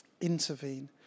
intervene